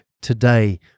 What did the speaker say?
today